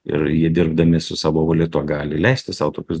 ir jie dirbdami su savo valiuta gali leisti sau tokius